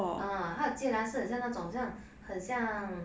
ah 她的芥兰是很像那种很像很像